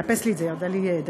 יהיה לך הרבה זמן.